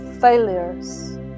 failures